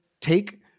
take